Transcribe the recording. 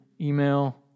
Email